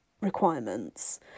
requirements